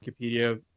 Wikipedia